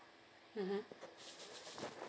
mmhmm